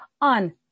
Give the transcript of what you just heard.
on